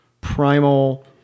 primal